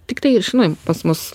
tiktai žinai pas mus